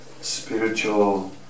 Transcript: spiritual